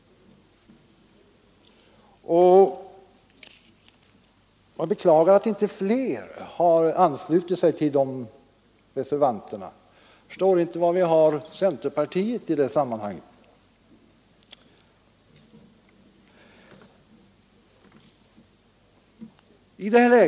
Jag beklagar att inte fler har anslutit sig till dessa reservanter. Jag förstår inte var vi har centerpartiet i detta sammanhang.